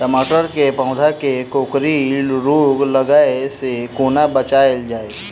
टमाटर केँ पौधा केँ कोकरी रोग लागै सऽ कोना बचाएल जाएँ?